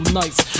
nights